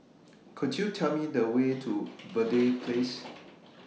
Could YOU Tell Me The Way to Verde Place